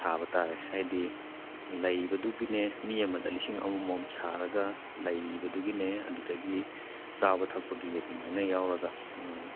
ꯁꯥꯕ ꯇꯥꯔꯦ ꯍꯥꯏꯗꯤ ꯂꯩꯕꯗꯨꯒꯤꯅꯦ ꯃꯤ ꯑꯃꯗ ꯂꯤꯁꯤꯡ ꯑꯃ ꯃꯝ ꯁꯥꯔꯒ ꯂꯩꯕꯗꯨꯒꯤꯅꯦ ꯑꯗꯨꯗꯒꯤ ꯆꯥꯕ ꯊꯛꯄꯒꯤ ꯑꯗꯨꯃꯥꯏꯅ ꯌꯥꯎꯔꯒ ꯎꯝ